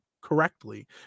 correctly